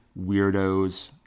weirdos